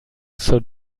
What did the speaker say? zur